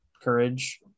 courage